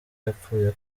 yapfuye